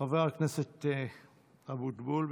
חבר הכנסת אבוטבול,